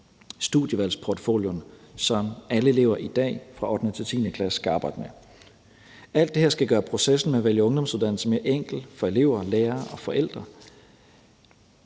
studievalgsportfolierne, som alle elever fra 8. klasse til 10. klasse i dag skal arbejde med. Alt det her skal gøre processen med at vælge ungdomsuddannelse mere enkel for elever, lærere og forældre,